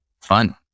fun